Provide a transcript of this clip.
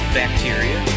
bacteria